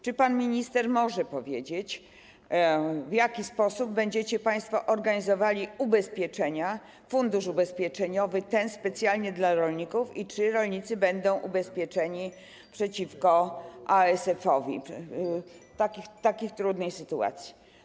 Czy pan minister może powiedzieć, w jaki sposób będziecie państwo organizowali ubezpieczenia, fundusz ubezpieczeniowy przeznaczony specjalnie dla rolników, i czy rolnicy będą ubezpieczeni przeciwko ASF-owi w tak trudnej sytuacji?